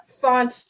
font